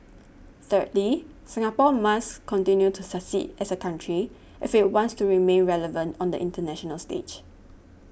thirdly Singapore must continue to succeed as a country if it wants to remain relevant on the international stage